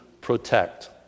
protect